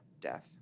Death